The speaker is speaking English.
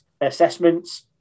assessments